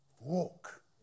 walk